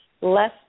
less